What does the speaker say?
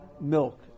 milk